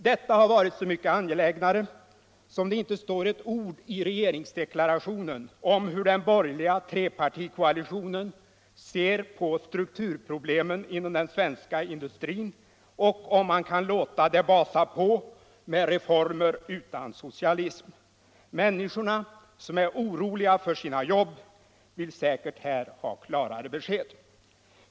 Detta har varit så mycket mer angeliget som det inte står ett ord i regeringsdeklarationen om hur den borgerliga trepartikoalitionen ser på strukturproblemen inom den svenska industrin och om man kan låta det basa på med reformer utan socialism. Människorna, som är oroliga för sina jobb, vill säkert ha klarare besked här.